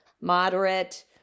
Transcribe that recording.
moderate